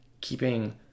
keeping